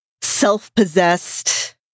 self-possessed